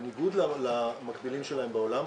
בניגוד למקבילים שלהם בעולם,